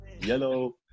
Yellow